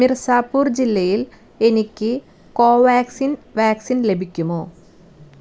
മിർസാപൂർ ജില്ലയിൽ എനിക്ക് Covaxin vaccine ലഭിക്കുമോ